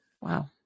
Wow